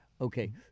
Okay